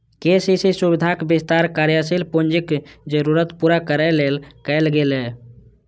KCC सुविधाक विस्तार कार्यशील पूंजीक जरूरत पूरा करै लेल कैल गेलै